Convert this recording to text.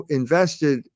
invested